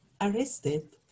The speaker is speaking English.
arrested